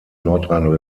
nordrhein